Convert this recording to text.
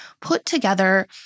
put-together